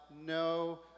no